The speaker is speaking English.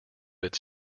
its